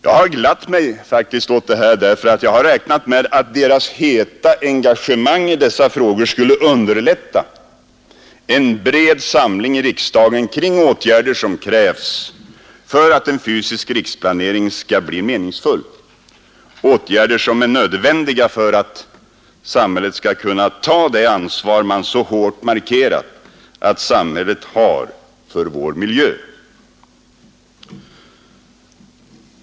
Jag har faktiskt glatt mig åt detta, eftersom jag räknat med att deras heta engagemang i dessa frågor skulle underlätta en bred samling i riksdagen kring åtgärder som krävs för att en fysisk riksplanering skall bli meningsfull och som är nödvändiga för att samhället skall kunna ta det ansvar man så hårt markerar att samhället har för vår miljö.